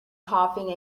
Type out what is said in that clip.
coughing